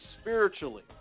spiritually